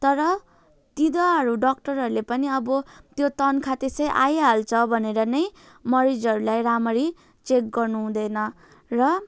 तर तिनीहरू डक्टरहरूले पनि अब त्यो तनखा त्यसै आइहाल्छ भनेर नै मरिजहरूलाई राम्ररी चेक गर्नुहुँदैन र